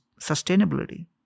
sustainability